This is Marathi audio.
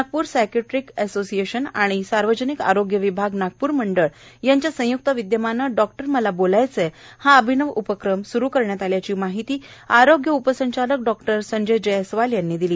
नागपूर सायकेट्रिक असोसिशन व सार्वजनिक आरोग्य विभाग नागपर मंडळ यांच्या संयक्त विदयमाने डॉक्टर मला बोलायचं आहे हा अभिनव उपक्रम सुरू करण्यात आल्याची माहिती आरोग्य उपसंचालक डॉक्टर संजय जयस्वाल यांनी दिली